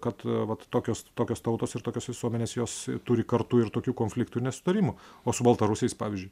kad vat tokios tokios tautos ir tokios visuomenės jos turi kartu ir tokių konfliktų ir nesutarimų o su baltarusiais pavyzdžiui